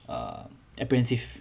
err apprehensive